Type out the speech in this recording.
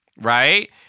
right